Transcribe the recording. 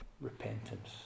repentance